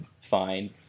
fine